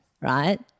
right